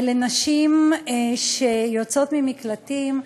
לנשים שיוצאות ממקלטים,